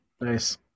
nice